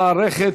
במערכת,